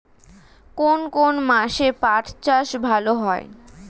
কোন কোন মাসে পাট চাষ ভালো হয়?